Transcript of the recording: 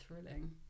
thrilling